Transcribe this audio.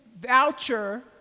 voucher